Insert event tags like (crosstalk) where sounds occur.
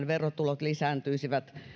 (unintelligible) verotulot lisääntyisivät